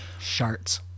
Sharts